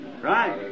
Right